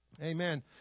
Amen